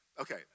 Okay